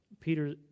Peter